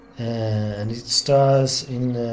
and it starts in